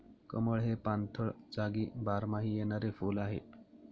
कमळ हे पाणथळ जागी बारमाही येणारे फुल आहे